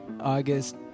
August